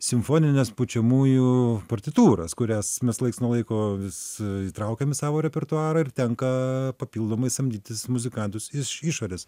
simfonines pučiamųjų partitūras kurias mes laiks nuo laiko vis įtraukiam į savo repertuarą ir tenka papildomai samdytis muzikantus iš išorės